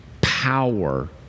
power